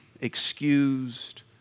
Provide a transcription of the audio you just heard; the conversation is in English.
excused